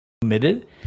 committed